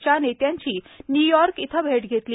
च्या नेत्यांची न्यूयार्क इथं भेट घेतली